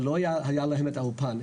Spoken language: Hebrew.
ולא היה להם את האולפן.